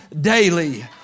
daily